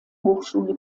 hochschule